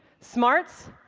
smarts,